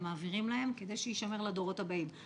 מעבירים להם כדי שיישמר לדורות הבאים.